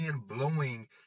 blowing